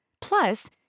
Plus